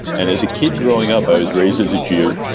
and as a kid growing up, i was raised as a jew,